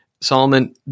Solomon